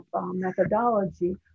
methodology